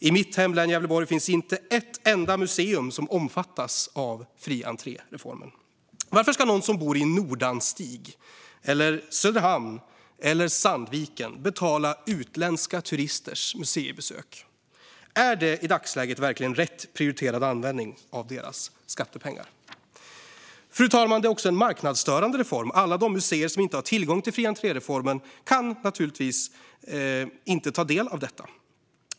I mitt hemlän Gävleborg finns inte ett enda museum som omfattas av fri-entré-reformen. Varför ska någon som bor i Nordanstig, Söderhamn eller Sandviken betala utländska turisters museibesök? Är det i dagsläget verkligen rätt prioriterad användning av människors skattepengar? Fru talman! Det är också en marknadsstörande reform. Alla de museer som inte har tillgång till fri-entré-reformen kan naturligtvis inte ta del av detta.